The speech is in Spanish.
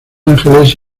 ángeles